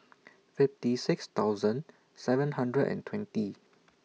fifty six thousand seven hundred and twenty